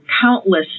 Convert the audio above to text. countless